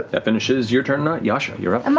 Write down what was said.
that finishes your turn. yasha, you're up. um